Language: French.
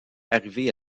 arrivé